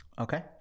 okay